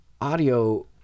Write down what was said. audio